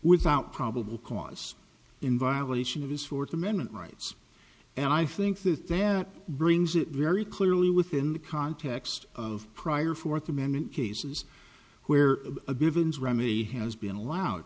without probable cause in violation of his fourth amendment rights and i think that there brings it very clearly within the context of prior fourth amendment cases where a givens remy has been allo